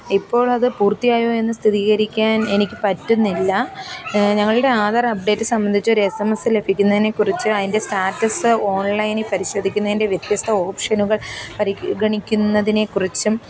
ഇപ്പോൾ അത് പൂർത്തിയായോ എന്ന് സ്ഥിതീകരിക്കാൻ എനിക്ക് പറ്റുന്നില്ല ഞങ്ങളുടെ ആധാർ അപ്ഡേറ്റ് സംബന്ധിച്ച് ഒരു എസ് എം എസ് ലഭിക്കുന്നതിനെക്കുറിച്ച് അതിന്റെ സ്റ്റാറ്റസ് ഓൺലൈനിൽ പരിശോധിക്കുന്നതിന്റെ വ്യത്യസ്ത ഓപ്ഷനുകൾ പരിഗണിക്കുന്നതിനെക്കുറിച്ചും